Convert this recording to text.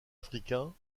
africains